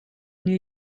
new